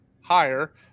higher